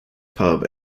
pub